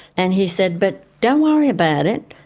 and he said, but don't worry about it,